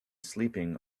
sleeping